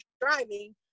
driving